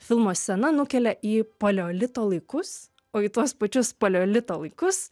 filmo scena nukelia į paleolito laikus o į tuos pačius paleolito laikus